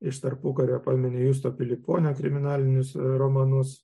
iš tarpukario pamini justo pilyponio kriminalinius romanus